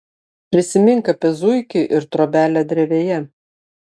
prisimink apie zuikį ir trobelę drevėje